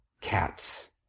Cats